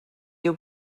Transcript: you